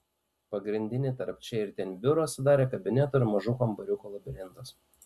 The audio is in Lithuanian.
pagrindinį tarp čia ir ten biurą sudarė kabinetų ir mažų kambariukų labirintas